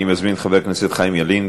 אני מזמין את חבר הכנסת חיים ילין.